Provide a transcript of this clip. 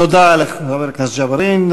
תודה לחבר הכנסת ג'בארין.